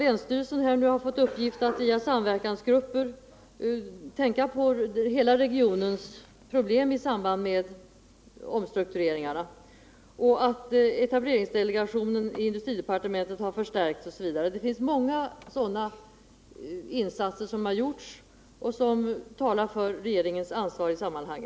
Länsstyrelsen har fått i uppgift att via en samverkansgrupp överväga hela regionens problem i samband med omstruktureringarna, etableringsdelegationen i industridepartementet har förstärkts osv. Det har gjorts många sådana insatser, som visar regeringens ansvar på detta område.